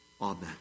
Amen